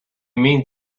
means